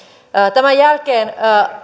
tämän jälkeen